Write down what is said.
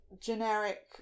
generic